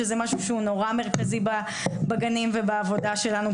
שזה משהו שהוא נורא מרכזי בגנים ובעבודה שלנו,